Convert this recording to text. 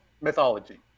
mythology